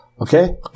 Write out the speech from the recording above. Okay